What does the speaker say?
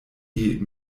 die